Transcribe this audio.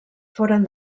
foren